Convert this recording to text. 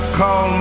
call